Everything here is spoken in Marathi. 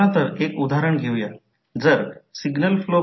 तर हा समीकरण क्रमांक आहे ज्याला मी फक्त टप्पा टप्याने समजण्यासारखे ठेवले